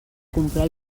comprar